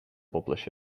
publish